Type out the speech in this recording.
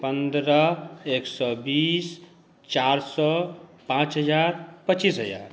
पन्द्रह एक सए बीस चारि सए पाँच हजार पच्चीस हजार